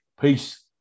Peace